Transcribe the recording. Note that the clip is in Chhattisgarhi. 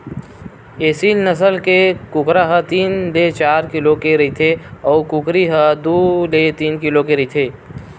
एसील नसल के कुकरा ह तीन ले चार किलो के रहिथे अउ कुकरी ह दू ले तीन किलो होथे